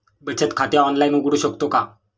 बचत खाते ऑनलाइन उघडू शकतो का?